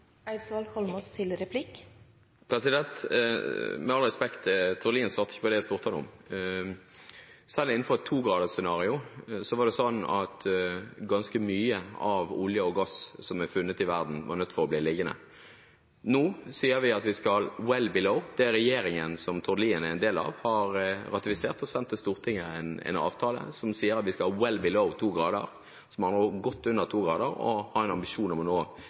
Med all respekt, Tord Lien svarte ikke på det jeg spurte ham om. Særlig innenfor et 2-gradersscenario var det sånn at ganske mye av den oljen og gassen som er funnet i verden, var nødt til å bli liggende. Nå sier vi at vi skal «well below». Den regjeringen som Tord Lien er en del av, har ratifisert og sendt til Stortinget en avtale som sier at vi skal «well below» 2 grader – med andre ord godt under 2 grader – og ha en ambisjon om å